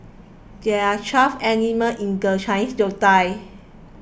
there are twelve animals in the Chinese zodiac